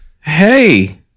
Hey